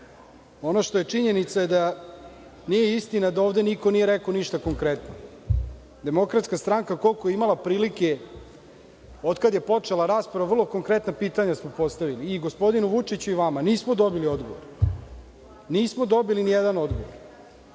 Ono što je činjenica je, da nije istina da ovde niko nije rekao ništa konkretno. Demokratska stranka koliko je imala prilike, od kada je počela rasprava, vrlo konkretna pitanja smo postavili i gospodinu Vučiću i vama. Nismo dobili nijedan odgovor.